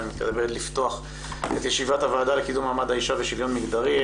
אני מתכבד לפתוח את ישיבת הוועדה לקידום מעמד האישה ושוויון מגדרי.